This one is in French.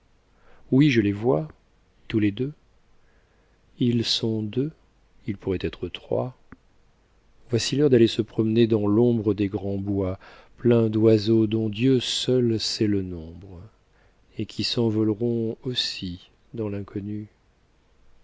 oui je les vois tous les deux ils sont deux ils pourraient être trois voici l'heure d'aller se promener dans l'ombre des grands bois pleins d'oiseaux dont dieu seul sait le nombre et qui s'envoleront aussi dans l'inconnu